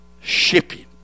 shipping